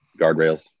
guardrails